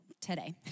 today